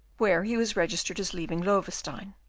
where he was registered as leaving loewestein,